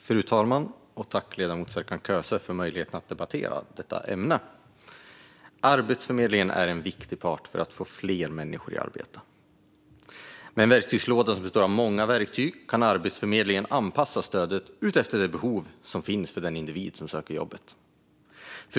Fru talman! Jag tackar ledamoten Serkan Köse för möjligheten att debattera detta ämne. Arbetsförmedlingen är en viktig part för att få fler människor i arbete. Med en verktygslåda som består av många verktyg kan Arbetsförmedlingen anpassa stödet efter det behov som finns hos den individ som söker jobbet.